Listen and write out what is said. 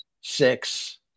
six